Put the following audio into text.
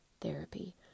therapy